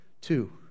two